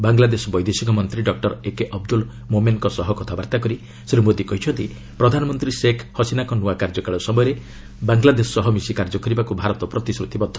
ବାଂଲାଦେଶ ବୈଦେଶିକ ମନ୍ତ୍ରୀ doctor A K Abdul ମୋମେନ୍ଙ୍କ ସହ କଥାବାର୍ତ୍ତା କରି ଶ୍ରୀ ମୋଦି କହିଛନ୍ତି ପ୍ରଧାନମନ୍ତ୍ରୀ ଶେଖ୍ ହସିନାଙ୍କ ନୂଆ କାର୍ଯ୍ୟକାଳ ସମୟରେ ବାଂଲାଦେଶ ସହ ମିଶି କାର୍ଯ୍ୟ କରିବାକୁ ଭାରତ ପ୍ରତିଶ୍ରତିବଦ୍ଧ